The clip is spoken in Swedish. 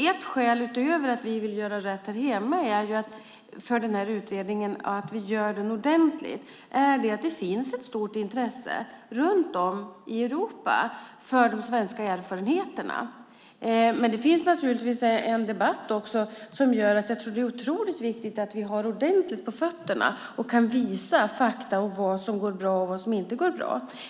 Ett skäl för att göra den här utredningen ordentligt, utöver att vi vill göra rätt här hemma, är att det finns ett stort intresse runt om i Europa för de svenska erfarenheterna. Det finns naturligtvis en debatt också som gör att jag tror att det är otroligt viktigt att vi har ordentligt på fötterna och kan visa fakta om vad som går bra och vad som inte går bra.